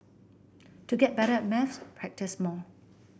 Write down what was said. to get better at maths practise more